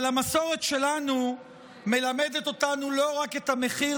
אבל המסורת שלנו מלמדת אותנו לא רק את המחיר